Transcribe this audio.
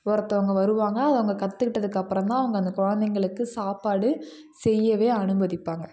ஒருத்தவங்கள் வருவாங்க அவங்க கற்றுக்கிட்டதுக்கு அப்புறம் தான் அவங்க அந்த குழந்தைகளுக்கு சாப்பாடு செய்யவே அனுமதிப்பாங்க